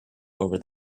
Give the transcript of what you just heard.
over